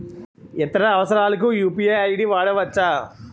ఇతర అవసరాలకు UPI ID వాడవచ్చా?